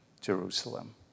Jerusalem